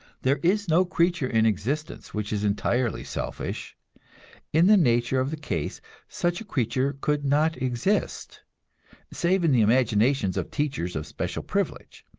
there is no creature in existence which is entirely selfish in the nature of the case such a creature could not exist save in the imaginations of teachers of special privilege.